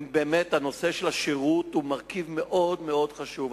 באמת, הנושא של השירות הוא מרכיב מאוד מאוד חשוב.